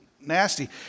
nasty